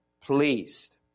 pleased